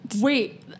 Wait